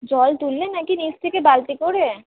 জল তুললে নাকি নিচ থেকে বালতি করে